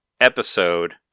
episode